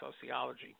sociology